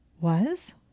Was